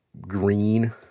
green